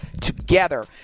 together